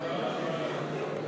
וגמליאל בדקו את הקלפי.